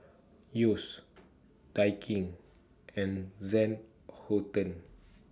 Yeo's Daikin and than Houten